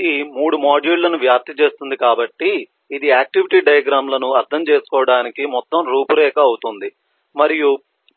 ఇది 3 మాడ్యూళ్ళను వ్యాప్తి చేస్తుంది కాబట్టి ఇది ఆక్టివిటీ డయాగ్రమ్ లను అర్థం చేసుకోవడానికి మొత్తం రూపురేఖ అవుతుంది మరియు